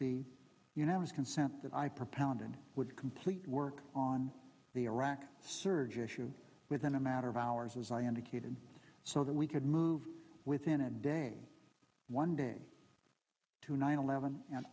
be unanimous consent that i propounded would complete work on the iraq surge issue within a matter of hours as i indicated so that we could move within a day one day to nine eleven and